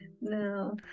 no